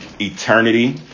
Eternity